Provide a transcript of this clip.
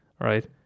Right